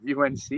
UNC